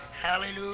Hallelujah